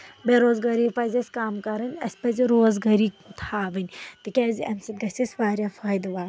بےٚ روزگٲری پَزِ اَسہِ کَم کَرٕنۍ اَسہِ پَزِ روزگٲری تھاوٕنۍ تِکیازِ اَمہِ سۭتۍ گژھِ اَسہِ واریاہ فٲیدٕ وات